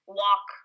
walk